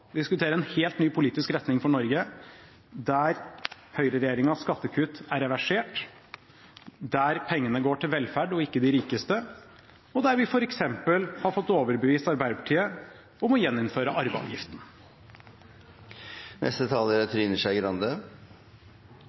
diskuterer en helt ny politisk retning for Norge, der høyreregjeringens skattekutt er reversert, der pengene går til velferd og ikke til de rikeste, og der vi f.eks. har fått overbevist Arbeiderpartiet om å gjeninnføre arveavgiften. Det er sant som det er